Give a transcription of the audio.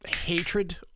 hatred